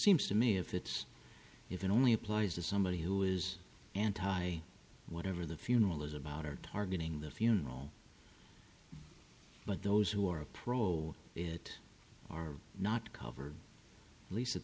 seems to me if it's if it only applies to somebody who is anti whatever the funeral is about or targeting the funeral but those who are pro it are not covered at least it